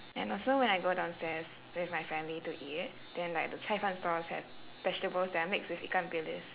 and also when I go downstairs with my family to eat then like the cai fan stores have vegetables that are mixed with ikan bilis